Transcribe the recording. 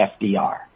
FDR